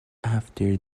after